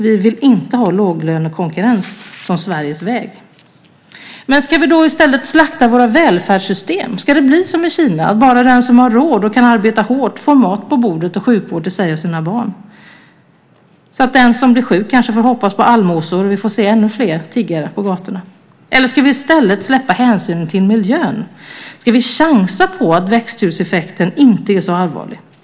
Vi vill inte ha låglönekonkurrens som Sveriges väg. Ska vi då i stället slakta våra välfärdssystem? Ska det bli som i Kina, att bara den som har råd och kan arbeta hårt får mat på bordet och sjukvård till sig och sina barn, så att den som blir sjuk kanske får hoppas på allmosor och vi får se ännu fler tiggare på gatorna? Eller ska vi i stället släppa hänsynen till miljön? Ska vi chansa på att växthuseffekten inte är så allvarlig?